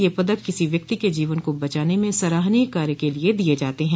यह पदक किसी व्यक्ति के जीवन को बचाने में सराहनीय कार्य के लिए दिए जाते हैं